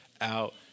out